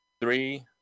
Three